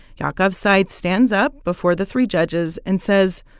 yaakov's side stands up before the three judges and says,